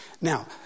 Now